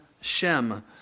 Shem